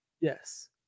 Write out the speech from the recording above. Yes